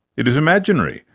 it is imaginary,